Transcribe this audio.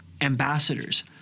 ambassadors